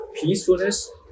peacefulness